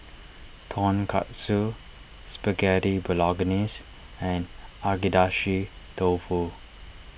Tonkatsu Spaghetti Bolognese and Agedashi Dofu